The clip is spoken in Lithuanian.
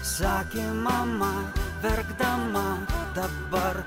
sakė mama verkdama dabar